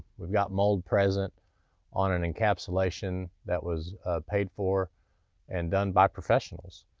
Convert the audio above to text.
we've got mold present on an encapsulation that was paid for and done by professionals.